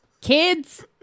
kids